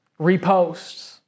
reposts